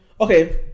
Okay